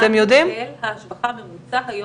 יופי.